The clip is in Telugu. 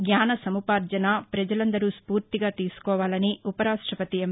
జ్ఞాన సముపార్ణనను ప్రజలందరూ స్పూర్తిగా తీసుకోవాలని ఉపరాష్టపతి ఎం